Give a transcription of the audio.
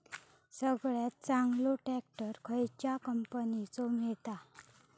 सगळ्यात चांगलो ट्रॅक्टर कसल्या कंपनीचो मिळता?